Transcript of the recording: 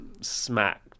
smacked